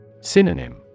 Synonym